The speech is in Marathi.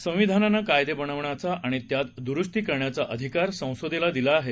संविधानानं कायदे बनविण्याचा आणि त्यात दुरुस्ती करण्याचा अधिकार संसदेला दिला आहे